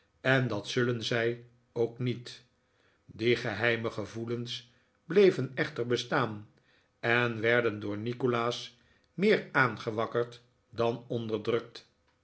en dat zullen zij ook niet die geheime gevoelens bleven echter bestaan en werden door nikolaas meer aangewakkerd dan onderdrukt